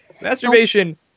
Masturbation